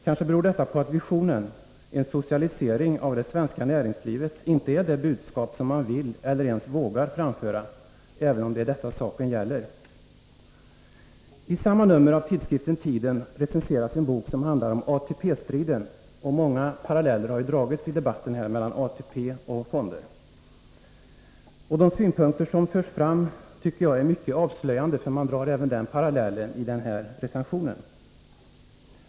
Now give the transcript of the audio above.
Kanske beror detta på att visionen, en socialisering av det svenska näringslivet, inte är det budskap som man vill eller ens vågar framföra, även om det är detta saken gäller. I samma nummer av tidskriften Tiden recenseras en bok, som handlar om ATP-striden. Många paralleller har dragits här i debatten mellan ATP och fonder. De synpunkter som förs fram tycker jag är mycket avslöjande, för man drar denna parallell även i recensionen.